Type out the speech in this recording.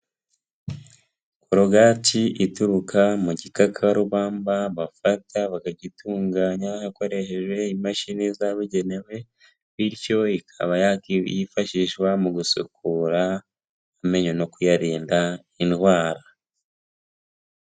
Kurogati ituruka mu gikakarubamba bafata bakagitunganya hakoreshejwe imashini zabugenewe, bityo ikaba yifashishwa mu gusukura amenyo no kuyarinda indwara.